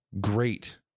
Great